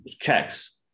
checks